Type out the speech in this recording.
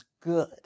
good